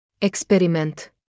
Experiment